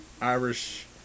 Irish